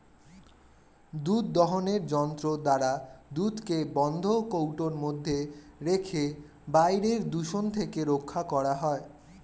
দুধ দোহনের যন্ত্র দ্বারা দুধকে বন্ধ কৌটোর মধ্যে রেখে বাইরের দূষণ থেকে রক্ষা করা যায়